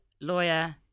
lawyer